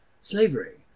slavery